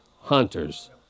hunters